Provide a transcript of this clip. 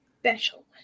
special